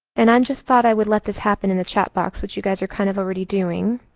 and i just thought i would let this happen in the chat box which you guys are kind of already doing.